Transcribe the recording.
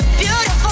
Beautiful